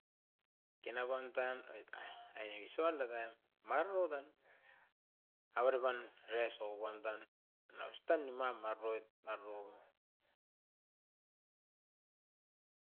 Kinapam tan oit ai isuanda kain maroro tan avere pan rest okuam dan, austan nimpam aroit maroun.